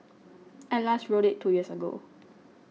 I last rode it two years ago